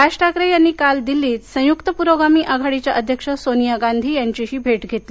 राज ठाकरे यांनी काल दिल्लीत संयूक्त प्रोगामी आघाडीच्या अध्यक्ष सोनिया गांधी यांचीही भेट घेतली